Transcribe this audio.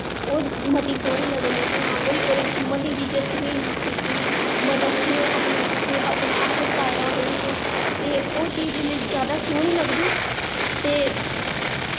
दोर मती सोह्नी लग्गनी कि हां भाई मगी चीज़ां तुसें यबस कीती दियांमता तुसें अपना ऐफड़ पाए दा तुसें ओह् चीज़ जिसले जादा सोह्नी लगदी ते